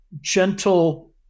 gentle